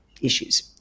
issues